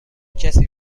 کسی